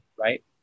right